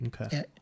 okay